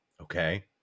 Okay